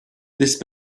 this